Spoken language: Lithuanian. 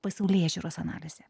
pasaulėžiūros analizė